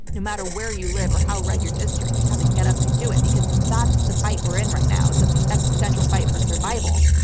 no matter where you live or how red your district. you have to get up and do it, because that's the fight we're in right now. it's an ah existential fight for survival,